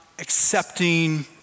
accepting